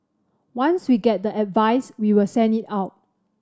once we get the advice we will send it out